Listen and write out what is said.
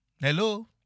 Hello